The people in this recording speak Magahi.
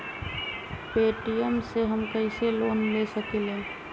पे.टी.एम से हम कईसे लोन ले सकीले?